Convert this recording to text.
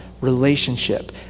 relationship